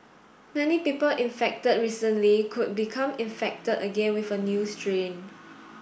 many people infected recently could become infected again with a new strain